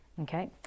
Okay